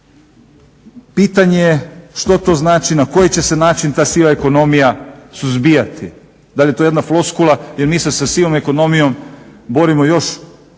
Pitanje je što to znači, na koji će se način ta siva ekonomija suzbijati. Da li je to jedna floskula jer mi se sa sivom ekonomijom borimo još